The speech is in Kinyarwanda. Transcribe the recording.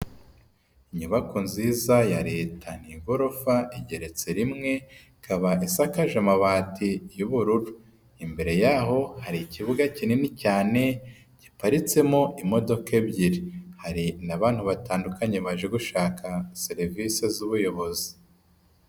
Inyubako nziza ya Leta ni igorofa igeretse rimwe, ikaba isakaje amabati y'ubururu. Imbere yaho hari ikibuga kinini cyane giparitsemo imodoka ebyiri, hari n'abantu batandukanye baje gushaka serivisi z'ubuyobozi.